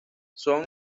son